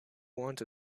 want